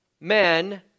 men